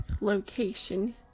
location